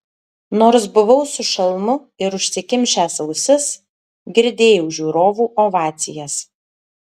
nors buvau su šalmu ir užsikimšęs ausis girdėjau žiūrovų ovacijas